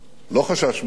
לא חשש ממנו.